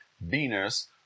Venus